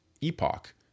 epoch